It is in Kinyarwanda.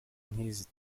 nk’izi